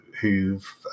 who've